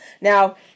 Now